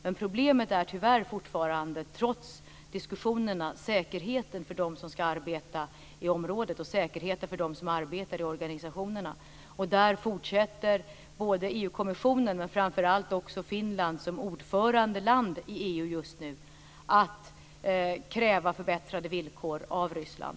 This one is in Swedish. Men trots diskussionerna är det tyvärr fortfarande problem när det gäller säkerheten för dem som ska arbeta i området och för dem som arbetar i organisationerna. EU-kommissionen och framför allt Finland, som ordförandeland i EU just nu, fortsätter att kräva förbättrade villkor av Ryssland.